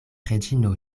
reĝino